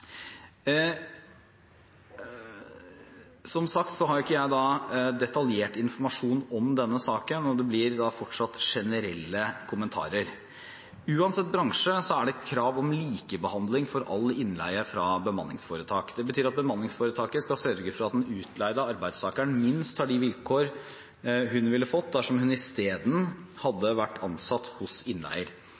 Som sagt har ikke jeg detaljert informasjon om denne saken, og det blir da fortsatt generelle kommentarer. Uansett bransje er det et krav om likebehandling for all innleie fra bemanningsforetak. Det betyr at bemanningsforetaket skal sørge for at den utleide arbeidstakeren minst har de vilkår hun ville fått dersom hun i stedet hadde vært ansatt hos innleier.